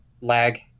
lag